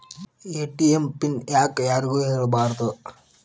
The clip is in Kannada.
ಎ.ಟಿ.ಎಂ ಪಿನ್ ಯಾಕ್ ಯಾರಿಗೂ ಹೇಳಬಾರದು?